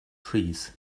trees